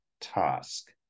task